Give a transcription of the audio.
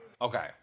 Okay